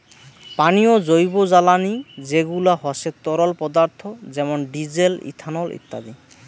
পানীয় জৈবজ্বালানী যেগুলা হসে তরল পদার্থ যেমন ডিজেল, ইথানল ইত্যাদি